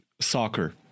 soccer